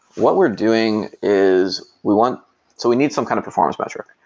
what we're doing is we want so we need some kind of performance metric.